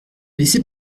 laisser